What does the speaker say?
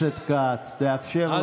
חבר הכנסת כץ, תאפשר לשר.